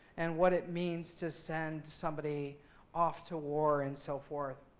and what it means to send somebody off to war and so forth.